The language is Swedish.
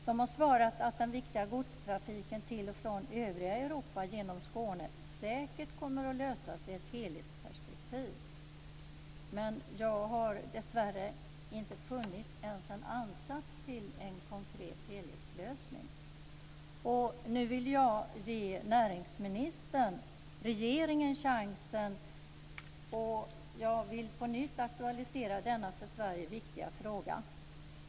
Dessa har svarat att den viktiga frågan om godstrafiken till och från övriga Europa genom Skåne säkert kommer att lösas i ett helhetsperspektiv. Men jag har dessvärre inte funnit ens en ansats till en konkret helhetslösning. Nu vill jag ge näringsministern, regeringen, chansen. Jag vill på nytt aktualisera denna för Sverige viktiga fråga.